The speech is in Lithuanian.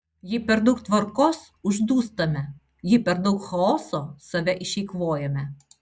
jei per daug tvarkos uždūstame jei per daug chaoso save išeikvojame